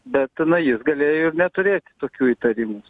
bet na jis galėjo ir neturėti tokių įtarimų